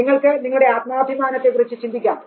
നിങ്ങൾക്ക് നിങ്ങളുടെ ആത്മാഭിമാനത്തെ കുറിച്ച് ചിന്തിക്കാം